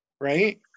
Right